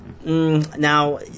now